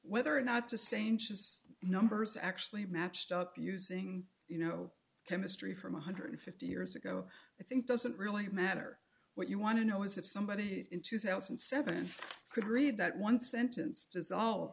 whether or not to saints his numbers actually matched up using you know chemistry from one hundred and fifty years ago i think doesn't really matter what you want to know is if somebody in two thousand and seven could read that one sentence dissolve